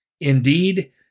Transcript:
Indeed